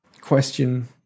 question